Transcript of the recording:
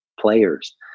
players